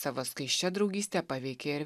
savo skaisčia draugyste paveikė ir